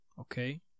okay